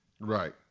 Right